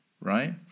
right